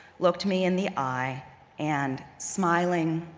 looked me in the eye and smiling,